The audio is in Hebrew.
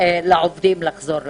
לעובדים לחזור לעבודה.